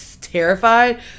terrified